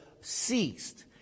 ceased